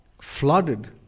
flooded